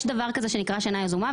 יש דבר כזה שנקרא שינה יזומה,